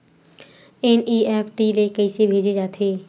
NEFT ले कइसे भेजे जाथे?